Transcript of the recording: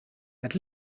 het